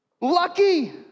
Lucky